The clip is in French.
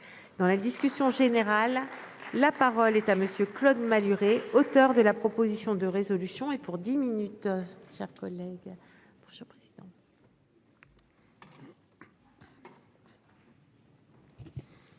Dans la discussion générale. La parole est à monsieur Claude Malhuret, auteur de la proposition de résolution et pour 10 minutes,